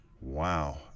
Wow